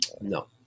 No